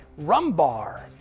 Rumbar